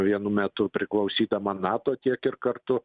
vienu metu priklausydama nato tiek ir kartu